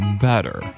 better